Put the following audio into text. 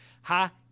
ha